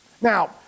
Now